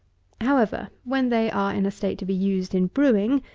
however, when they are in a state to be used in brewing,